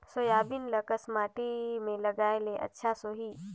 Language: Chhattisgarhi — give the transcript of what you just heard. सोयाबीन ल कस माटी मे लगाय ले अच्छा सोही?